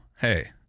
hey